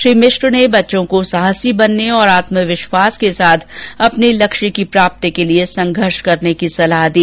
श्री मिश्र ने बच्चों को साहसी बनने और आत्मविश्वास के साथ अपने लक्ष्य की प्राप्ति के लिए संघर्ष करने की सलाह दी